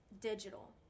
digital